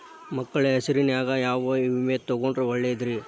ಮಕ್ಕಳ ಹೆಸರಿನ್ಯಾಗ ಯಾವ ವಿಮೆ ತೊಗೊಂಡ್ರ ಒಳ್ಳೆದ್ರಿ?